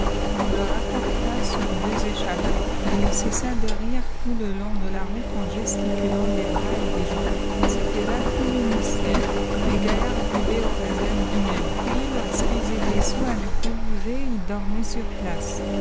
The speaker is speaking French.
on le rapporta sur deux échalas il ne cessa de rire tout le long de la route en gesticulant des bras et des jambes c'était là tout le mystère mes gaillards buvaient au raism lui-même puis lorsqu'ils étaient soûls à ne plus bouger ils dormaient sur place